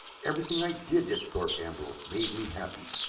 everything i did at thorpe ambrose made me happy,